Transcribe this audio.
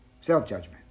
self-judgment